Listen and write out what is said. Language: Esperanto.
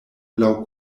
laŭ